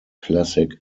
classic